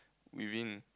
within